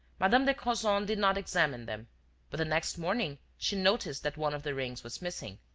madame de crozon did not examine them but, the next morning, she noticed that one of the rings was missing,